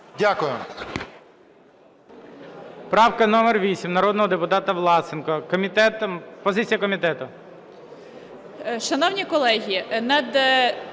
Дякую.